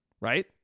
right